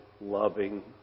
loving